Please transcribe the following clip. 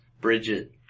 Bridget